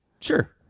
Sure